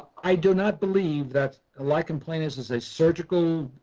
i do not believe that lichen planus is a surgical